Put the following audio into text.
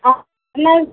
আপনার